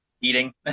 eating